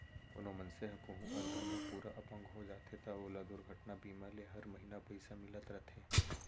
कोनों मनसे ह कोहूँ अलहन म पूरा अपंग हो जाथे त ओला दुरघटना बीमा ले हर महिना पइसा मिलत रथे